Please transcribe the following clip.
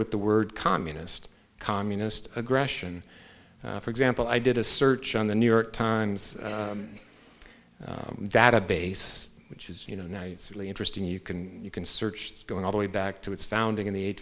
with the word communist communist aggression for example i did a search on the new york times that a base which is you know nice really interesting you can you can search that going all the way back to its founding in the